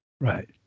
Right